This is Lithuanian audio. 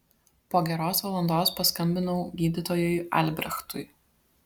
po geros valandos paskambinau gydytojui albrechtui